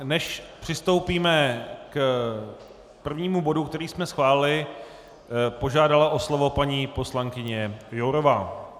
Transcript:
Než přistoupíme k prvnímu bodu, který jsme schválili, požádala o slovo paní poslankyně Jourová.